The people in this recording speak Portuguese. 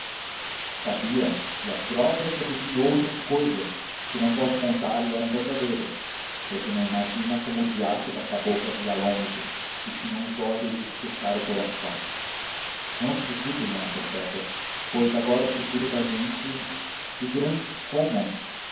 sabia e a prova é que adivinhou outras cousas que não posso contar e eram verdadeiras você não imagina como o diacho da cabocla via longe e tinha uns olhos de espetar o coração não acredito d perpétua pois agora o futuro da gente e grandes como